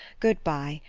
good-bye.